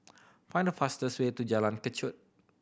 find the fastest way to Jalan Kechot